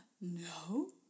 no